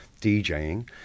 DJing